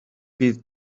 bydd